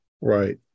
right